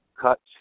cuts